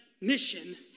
mission